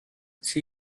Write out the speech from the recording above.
sie